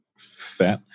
fat